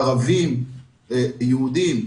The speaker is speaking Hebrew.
ערבים, יהודים,